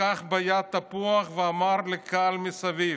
לקח ביד תפוח ואמר לקהל מסביב: